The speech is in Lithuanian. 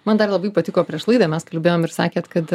man dar labai patiko prieš laidą mes kalbėjom ir sakėt kad